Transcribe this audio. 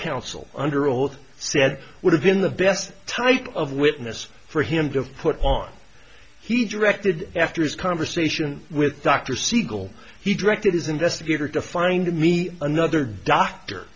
counsel under oath said would have been the best type of witness for him to put on he directed after his conversation with dr siegel he directed his investigator to find me another doctor